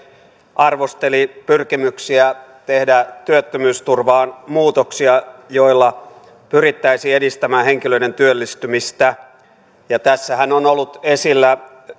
arvosteli pyrkimyksiä tehdä työttömyysturvaan muutoksia joilla pyrittäisiin edistämään henkilöiden työllistymistä tässähän on ollut esillä